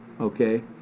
okay